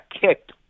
kicked